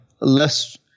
less